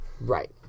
Right